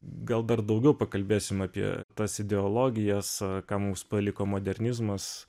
gal dar daugiau pakalbėsim apie tas ideologijas ką mums paliko modernizmas